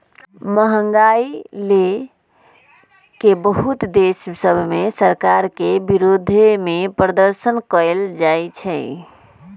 महंगाई लए के बहुते देश सभ में सरकार के विरोधमें प्रदर्शन कएल जाइ छइ